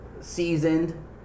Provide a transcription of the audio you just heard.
seasoned